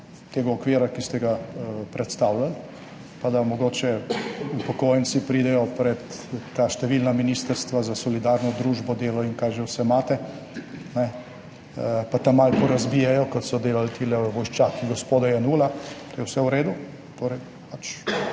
tega okvira, ki ste ga predstavljali. Pa da mogoče upokojenci pridejo pred ta številna ministrstva za solidarno družbo, delo in kar že vse imate, pa tam malo porazbijejo, kot so delali tile vojščaki gospoda Jenulla, to je vse v redu.